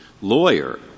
lawyer